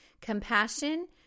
Compassion